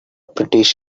british